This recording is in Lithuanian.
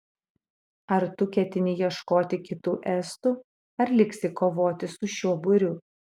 ar tu ketini ieškoti kitų estų ar liksi kovoti su šiuo būriu